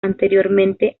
anteriormente